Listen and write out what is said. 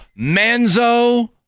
Manzo